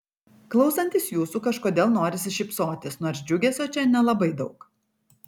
klausantis jūsų kažkodėl norisi šypsotis nors džiugesio čia nelabai daug